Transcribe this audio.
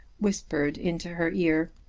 whispered into her ear,